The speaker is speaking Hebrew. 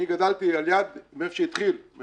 אני גדלתי ליד נהריים,